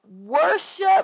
worship